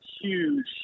huge